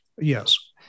Yes